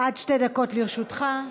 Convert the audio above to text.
עד שתי דקות לרשותך.